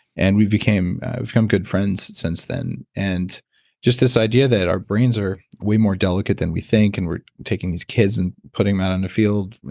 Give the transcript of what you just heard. and we've become good friends since then and just this idea that our brains are way more delicate then we think and we're taking these kids and putting them out on the field,